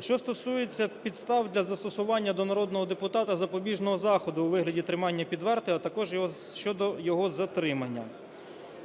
Що стосується підстав для застосування до народного депутата запобіжного заходу у вигляді тримання під вартою, а також щодо його затримання.